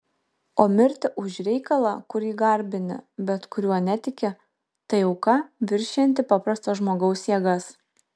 o mirti už reikalą kurį garbini bet kuriuo netiki tai auka viršijanti paprasto žmogaus jėgas